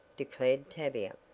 declared tavia.